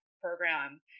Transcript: program